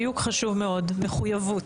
דיוק חשוב מאוד, מחויבות.